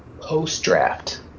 post-draft